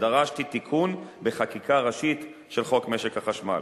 ודרשתי תיקון בחקיקה ראשית של חוק משק החשמל.